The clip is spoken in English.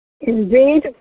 Indeed